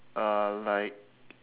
uh like